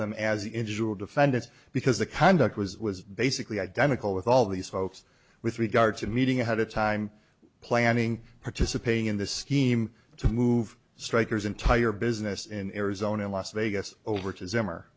them as individual defendants because the conduct was was basically identical with all these folks with regard to meeting ahead of time planning participating in this scheme to move strikers entire business in arizona las vegas over to